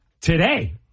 today